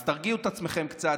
אז תרגיעו את עצמכם קצת,